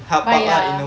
bayar